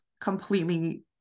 completely